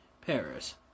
Paris